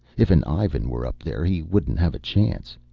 if an ivan were up there he wouldn't have a chance.